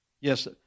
Yes